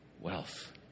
wealth